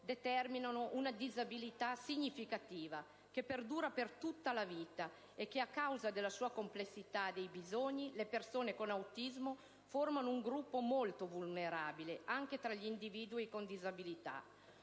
determinano una disabilità significativa, che perdura per tutta la vita. A causa della complessità dei loro bisogni, le persone con autismo formano un gruppo molto vulnerabile anche tra gli individui con disabilità.